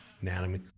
Anatomy